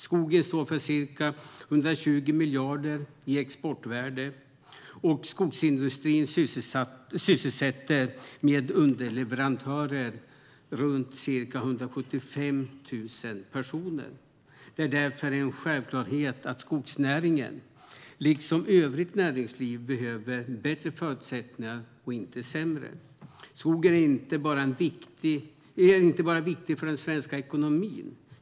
Skogen står för ca 120 miljarder i exportvärde, och skogsindustrin med underleverantörer sysselsätter runt 175 000 personer. Det är därför en självklarhet att skogsnäringen, liksom övrigt näringsliv, behöver bättre förutsättningar och inte sämre. Skogen är inte bara viktig för den svenska ekonomin.